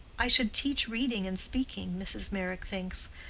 i could teach reading and speaking, mrs. meyrick thinks.